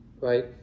right